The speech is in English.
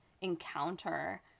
encounter